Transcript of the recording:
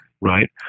right